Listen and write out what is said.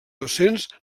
docents